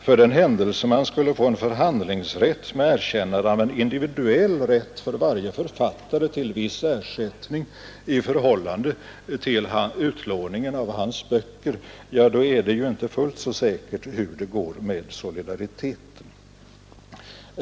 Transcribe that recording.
Om man skulle få en förhandlingsordning med erkännande av en individuell rätt för varje författare till viss ersättning i förhållande till utlåningen av hans böcker, är det inte fullt så säkert hur det skulle gå med solidariteten.